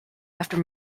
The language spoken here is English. after